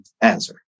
answer